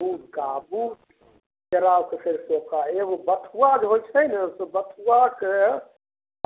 बुनका बूट केरावके फेर सोखा एगो बथुआ जे होइ छै ने से बथुआके